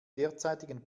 derzeitigen